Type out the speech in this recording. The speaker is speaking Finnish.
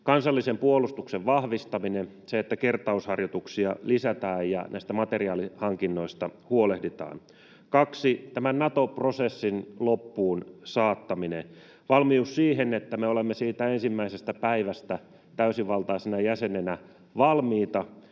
kansallisen puolustuksen vahvistaminen, se, että kertausharjoituksia lisätään ja näistä materiaalihankinnoista huolehditaan, 2) tämän Nato-prosessin loppuunsaattaminen, valmius siihen, että me olemme siitä ensimmäisestä päivästä täysivaltaisena jäsenenä valmiita